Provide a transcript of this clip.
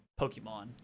Pokemon